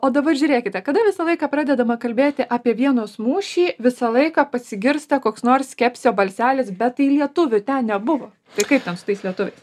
o dabar žiūrėkite kada visą laiką pradedama kalbėti apie vienos mūšį visą laiką pasigirsta koks nors skepsio balselis bet tai lietuvių ten nebuvo tai kaip ten su tais lietuviais